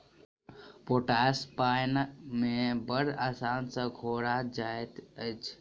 potash पाइन मे बड़ आसानी सॅ घोरा जाइत अछि